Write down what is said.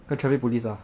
跟 traffic police ah